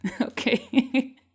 Okay